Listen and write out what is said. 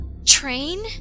Train